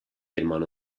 hermano